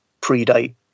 predate